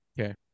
Okay